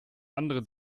andere